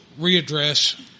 readdress